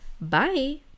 bye